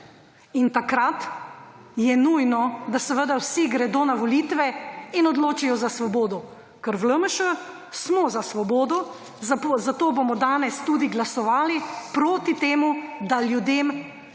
In takrat je nujno, da vsi gredo na volitve in se odločijo za svobodo. Ker v LMŠ smo za svobodo, zato bomo danes tudi glasovali proti temu, da ljudem